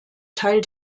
teil